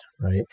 right